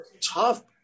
tough